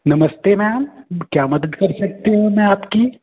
नमस्ते मैम क्या मदद कर सकता हूँ मैं आपकी